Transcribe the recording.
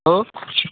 hello